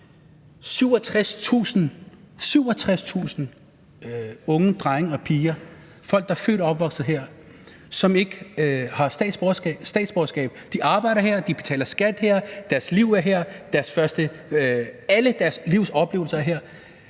67.000 unge drenge og piger, der er født og opvokset her, som ikke har statsborgerskab. De arbejder her, de betaler skat her, deres liv er her, alle deres livsoplevelser er her,